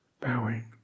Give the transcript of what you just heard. bowing